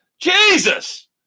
Jesus